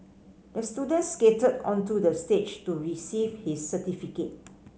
the student skated onto the stage to receive his certificate